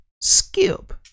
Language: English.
skip